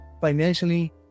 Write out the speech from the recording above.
financially